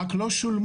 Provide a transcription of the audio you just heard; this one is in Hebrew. רק לא שולמו.